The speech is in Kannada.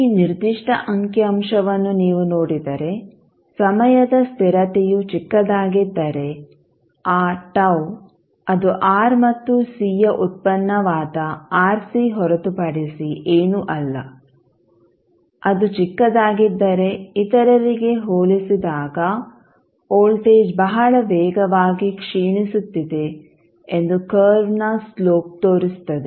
ಈ ನಿರ್ದಿಷ್ಟ ಅಂಕಿ ಅಂಶವನ್ನು ನೀವು ನೋಡಿದರೆ ಸಮಯದ ಸ್ಥಿರತೆಯು ಚಿಕ್ಕದಾಗಿದ್ದರೆ ಆ τ ಅದು R ಮತ್ತು C ಯ ಉತ್ಪನ್ನವಾದ RC ಹೊರತುಪಡಿಸಿ ಏನೂ ಅಲ್ಲ ಅದು ಚಿಕ್ಕದಾಗಿದ್ದರೆ ಇತರರಿಗೆ ಹೋಲಿಸಿದಾಗ ವೋಲ್ಟೇಜ್ ಬಹಳ ವೇಗವಾಗಿ ಕ್ಷೀಣಿಸುತ್ತಿದೆ ಎಂದು ಕರ್ವ್ನ ಸ್ಲೋಪ್ ತೋರಿಸುತ್ತದೆ